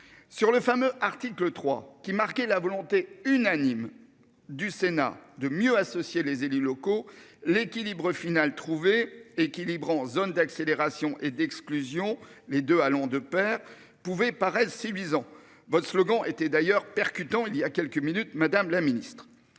Sur le fameux article 3 qui marquer la volonté unanime du Sénat de mieux associer les élus locaux l'équilibre final trouver équilibrant zones d'accélération et d'exclusion. Les deux allant de Pair pouvez paraissent six visant votre slogan était d'ailleurs percutant. Il y a quelques minutes. Madame la Ministre